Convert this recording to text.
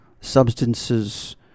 substances